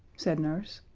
said nurse.